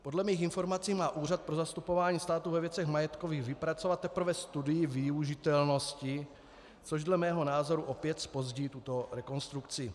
Podle mých informací má Úřad pro zastupování státu ve věcech majetkových vypracovat teprve studii využitelnosti, což dle mého názoru opět zpozdí tuto rekonstrukci.